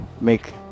make